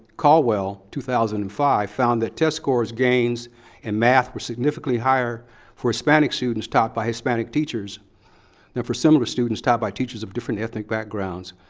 caldwell, two thousand and five, found that test scores gains in math were significantly higher for hispanic students taught by hispanic teachers than for similar students taught by teachers of different ethnic backgrounds.